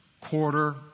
quarter